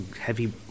heavy